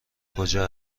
کجا